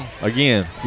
again